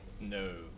No